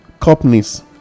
companies